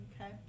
Okay